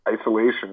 isolation